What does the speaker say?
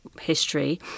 history